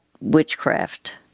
witchcraft